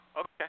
Okay